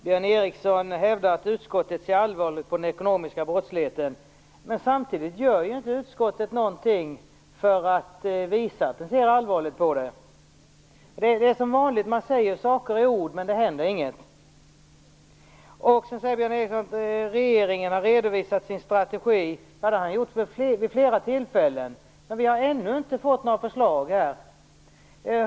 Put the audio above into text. Herr talman! Björn Ericson hävdar att utskottet ser allvarligt på den ekonomiska brottsligheten. Samtidigt gör inte utskottet någonting för att visa att det ser allvarligt på detta. Det är som vanligt: Man säger saker, men det händer inget. Sedan säger Björn Ericson att regeringen har redovisat sin strategi. Det har han gjort vid flera tillfällen. Men vi har ännu inte fått några förslag här.